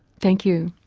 thank you.